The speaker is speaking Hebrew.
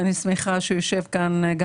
אני שמחה שיושב כאן גם